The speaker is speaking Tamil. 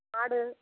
ஆடு